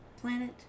planet